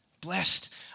Blessed